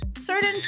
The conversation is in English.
Certain